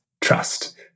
trust